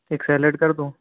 ایک سیلیڈ کر دوں